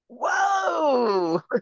Whoa